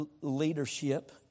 leadership